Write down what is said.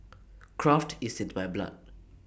craft is in my blood